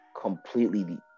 completely